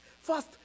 first